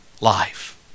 life